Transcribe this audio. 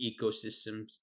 ecosystems